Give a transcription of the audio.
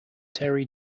terry